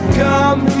come